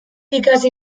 ikasi